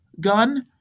gun